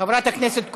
חברת הכנסת קורן,